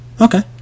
Okay